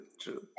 true